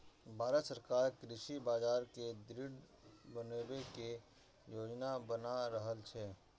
भांरत सरकार कृषि बाजार कें दृढ़ बनबै के योजना बना रहल छै